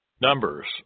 numbers